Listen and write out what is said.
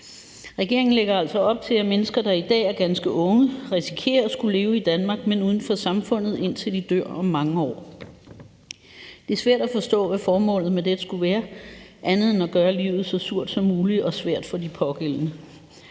Regeringen lægger altså op til, at mennesker, der i dag er ganske unge, risikerer at skulle leve i Danmark, men uden for samfundet, indtil de om mange år dør. Det er svært at forstå, hvad formålet med dette skulle være andet end at gøre livet så surt og svært som muligt for de pågældende.